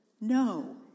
no